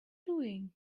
doing